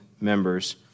members